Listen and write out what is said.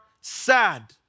sad